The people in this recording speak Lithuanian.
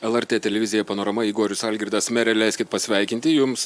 lrt televizija panorama igorius algirdas mere leiskit pasveikinti jums